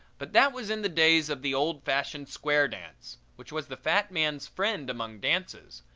but that was in the days of the old-fashioned square dance, which was the fat man's friend among dances,